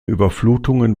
überflutungen